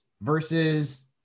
versus